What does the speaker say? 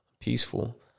peaceful